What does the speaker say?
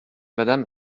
madame